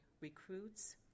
recruits